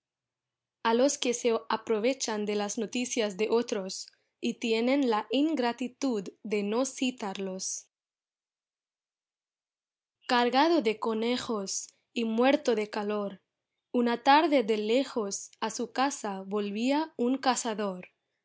a los que se aprovechan de las noticias de otros y tienen la ingratitud de no citarlos cargado de conejos y muerto de calor una tarde de lejos a su casa volvía un cazador